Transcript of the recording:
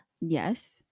Yes